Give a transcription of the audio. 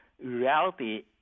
reality